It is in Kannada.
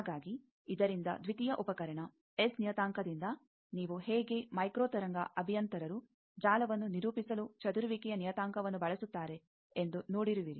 ಹಾಗಾಗಿ ಇದರಿಂದ ದ್ವಿತೀಯ ಉಪಕರಣ ಎಸ್ ನಿಯತಾಂಕದಿಂದ ನೀವು ಹೇಗೆ ಮೈಕ್ರೋತರಂಗ ಅಭಿಯಂತರರು ಜಾಲವನ್ನು ನಿರೂಪಿಸಲು ಚದುರುವಿಕೆಯ ನಿಯತಾಂಕವನ್ನು ಬಳಸುತ್ತಾರೆ ಎಂದು ನೋಡಿರುವಿರಿ